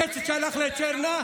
הכסף שהלך לצ'רנה,